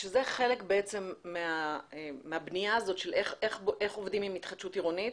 שזה בעצם חלק מהבנייה הזאת של איך עובדים עם התחדשות עירונית.